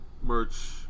merch